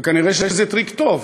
וכנראה זה טריק טוב.